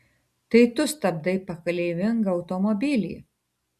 tai tu stabdai pakeleivingą automobilį